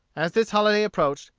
as this holiday approached,